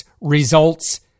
results